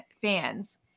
fans